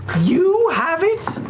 you have it?